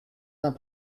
d’un